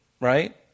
right